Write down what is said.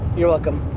you're welcome.